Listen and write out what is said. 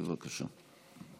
בבקשה.